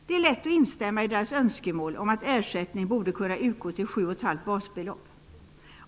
Det är lätt att instämma i deras önskemål om att ersättning borde kunna utgå upp till 7,5 basbelopp.